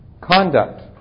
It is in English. Conduct